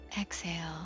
Exhale